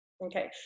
Okay